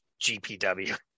GPW